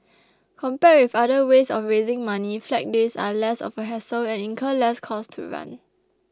compared with other ways of raising money flag days are less of a hassle and incur less cost to run